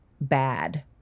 bad